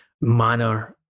manner